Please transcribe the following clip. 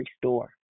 store